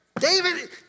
David